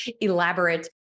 elaborate